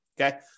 okay